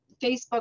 facebook